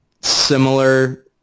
similar